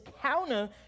counter